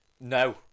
No